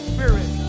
Spirit